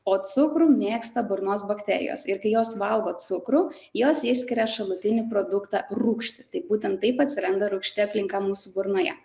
o cukrų mėgsta burnos bakterijos ir kai jos valgo cukrų jos išskiria šalutinį produktą rūgštį tai būtent taip atsiranda rūgšti aplinka mūsų burnoje